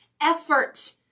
effort